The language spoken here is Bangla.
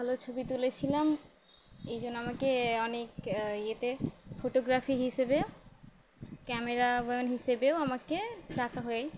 ভালো ছবি তুলেছিলাম এই জন্য আমাকে অনেক ইয়েতে ফটোগ্রাফি হিসেবে ক্যামেরা বয়ন হিসেবেও আমাকে ডাকা হয়